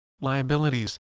liabilities